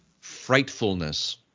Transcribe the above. frightfulness